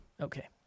Okay